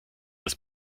das